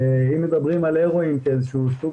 אם מדברים על הרואין כאל איזה שהוא סוג